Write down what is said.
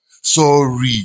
Sorry